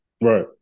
Right